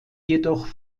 jedoch